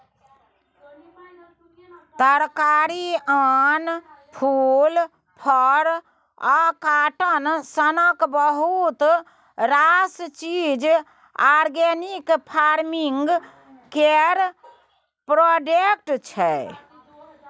तरकारी, अन्न, फुल, फर आ काँटन सनक बहुत रास चीज आर्गेनिक फार्मिंग केर प्रोडक्ट छै